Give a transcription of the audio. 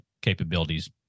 capabilities